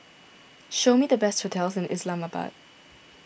show me the best hotels in Islamabad